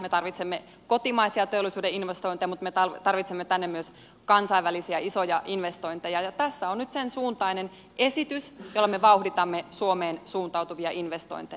me tarvitsemme kotimaisia teollisuuden investointeja mutta me tarvitsemme tänne myös kansainvälisiä isoja investointeja ja tässä on nyt sen suuntainen esitys jolla me vauhditamme suomeen suuntautuvia investointeja